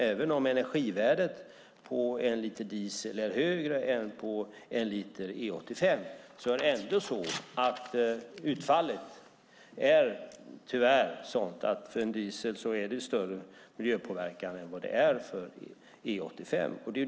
Även om energivärdet på en liter diesel är högre än på en liter E85 är utfallet ändå tyvärr sådant att det för en diesel är större miljöpåverkan än det är för E85.